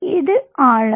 இது ஆழம்